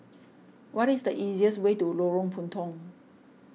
what is the easiest way to Lorong Puntong